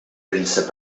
príncep